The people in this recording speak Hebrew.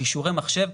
כישורי מחשב,